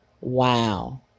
wow